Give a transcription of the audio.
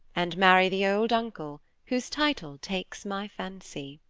and marry the old uncle, whose title takes my fancy.